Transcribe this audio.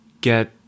get